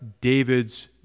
David's